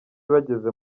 bageze